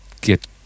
get